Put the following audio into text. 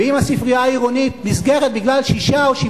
ואם הספרייה העירונית נסגרת בגלל 6 או 7